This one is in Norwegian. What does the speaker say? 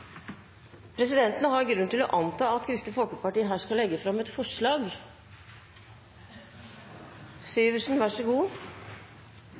Presidenten har grunn til å anta at Kristelig Folkeparti her skal legge fram et forslag. Det så